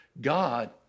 God